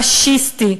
פאשיסטי,